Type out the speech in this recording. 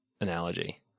analogy